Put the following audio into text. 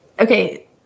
Okay